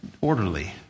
orderly